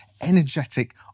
energetic